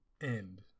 end